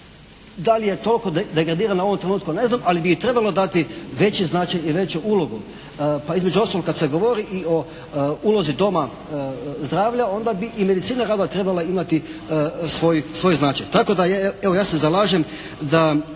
Da li je toliko degradirana u ovom trenutku ne znam, ali bi joj trebalo dati veći značaj i veću ulogu, pa između ostalog kad se govori i o ulozi doma zdravlja onda bi i Medicina rada trebala imati svoj značaj.